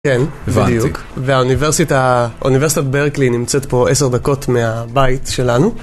כן, בדיוק, והאוניברסיטה, האוניברסיטת ברקלי נמצאת פה עשר דקות מהבית שלנו.